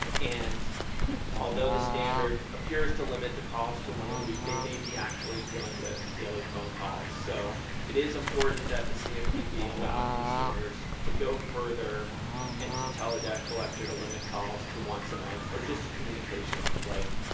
and although the standard appears to limit the calls to one a week, they may be actually dealing with daily phone calls. so it is important that the cfpb allow consumers to go further and to tell a debt collector to limit calls to once a month, or just to communications in writing.